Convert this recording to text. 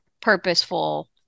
purposeful